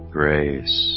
grace